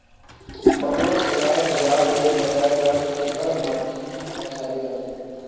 बांस ल दियार ले बचाए बर सुग्घर माटी म छाबे जाथे